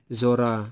zora